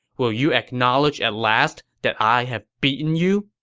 will you acknowledge at last that i have beaten you?